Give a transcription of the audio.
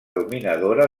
dominadora